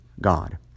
God